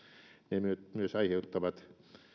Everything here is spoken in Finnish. ne myös aiheuttavat